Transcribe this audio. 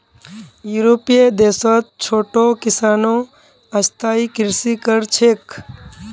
यूरोपीय देशत छोटो किसानो स्थायी कृषि कर छेक